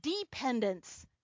Dependence